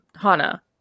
Hana